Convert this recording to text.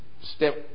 step